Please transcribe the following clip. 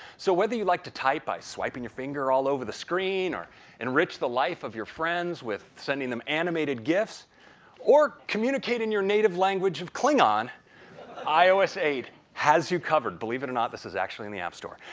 so, whether you like to type by swiping your finger all over the screen or enrich the life of your friends with sending them animated gifs or communicating your native language of klingon, ios eight has you covered, believe it or not this is actually in the app store.